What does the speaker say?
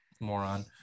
moron